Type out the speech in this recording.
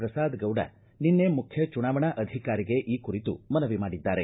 ಪ್ರಸಾದ್ ಗೌಡ ನಿನ್ನೆ ಮುಖ್ಯ ಚುನಾವಣಾ ಅಧಿಕಾರಿಗೆ ಈ ಕುರಿತು ಮನವಿ ಮಾಡಿದ್ದಾರೆ